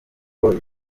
boyz